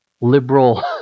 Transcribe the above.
liberal